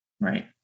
Right